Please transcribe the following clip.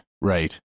Right